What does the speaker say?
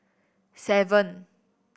seven